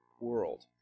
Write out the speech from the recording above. world